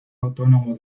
autónomo